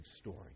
story